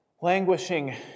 languishing